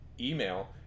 email